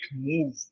move